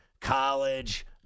college